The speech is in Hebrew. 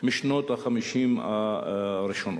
משנות ה-50 הראשונות.